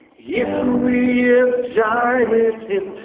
if we have died with him,